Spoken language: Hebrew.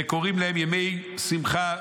וקוראים להם ימי שמחה,